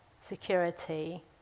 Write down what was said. security